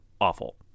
awful